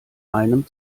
einem